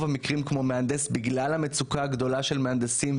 המקרים כמו מהנדס בגלל המצוקה הגדולה של מהנדסים,